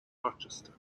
rochester